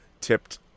tipped